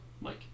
Mike